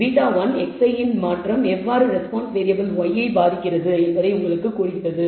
எனவே β1 xi இன் மாற்றம் எவ்வாறு ரெஸ்பான்ஸ் வேறியபிள் y ஐ பாதிக்கிறது என்பதை உங்களுக்குக் கூறுகிறது